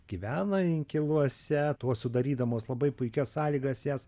gyvena inkiluose tuo sudarydamos labai puikias sąlygas jas